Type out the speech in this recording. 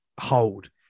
hold